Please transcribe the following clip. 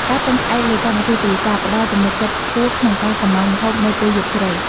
ការពឹងផ្អែកលើកម្មវិធីទូរសព្ទ ផ្ដល់ទំនុកចិត្តខ្ពស់ក្នុងការកុម្ម៉ង់ម្ហូបនៅពេលយប់ជ្រៅ។